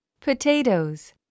Potatoes